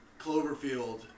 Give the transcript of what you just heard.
Cloverfield